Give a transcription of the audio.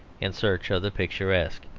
in search of the picturesque.